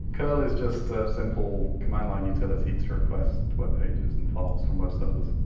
curl is just simple command-line utility to request web pages and files from web servers.